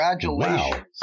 Congratulations